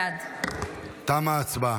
שרן מרים השכל, בעד תמה ההצבעה.